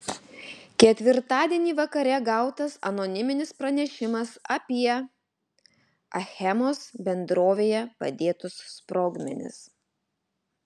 ketvirtadienį vakare gautas anoniminis pranešimas apie achemos bendrovėje padėtus sprogmenis